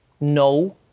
no